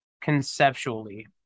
Conceptually